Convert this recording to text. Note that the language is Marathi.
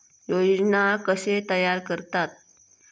योजना कशे तयार करतात?